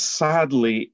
sadly